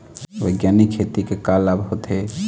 बैग्यानिक खेती के का लाभ होथे?